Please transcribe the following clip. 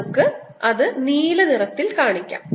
നമുക്ക് അത് നീല നിറത്തിൽ കാണിക്കാം